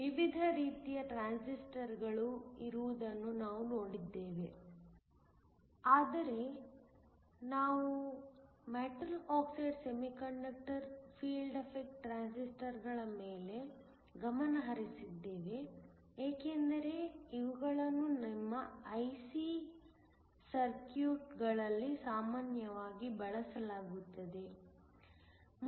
ವಿವಿಧ ರೀತಿಯ ಟ್ರಾನ್ಸಿಸ್ಟರ್ಗಳು ಇರುವುದನ್ನು ನಾವು ನೋಡಿದ್ದೇವೆ ಆದರೆ ನಾವು metal oxide semiconductor field effect ಟ್ರಾನ್ಸಿಸ್ಟರ್ಗಳ ಮೇಲೆ ಗಮನ ಹರಿಸಿದ್ದೇವೆ ಏಕೆಂದರೆ ಇವುಗಳನ್ನು ನಿಮ್ಮ IC ಸರ್ಕ್ಯೂಟ್ಗಳಲ್ಲಿ ಸಾಮಾನ್ಯವಾಗಿ ಬಳಸಲಾಗುತ್ತದೆ